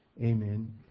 amen